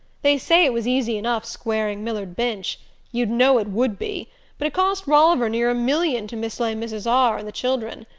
they say it was easy enough squaring millard binch you'd know it would be but it cost roliver near a million to mislay mrs. r. and the children.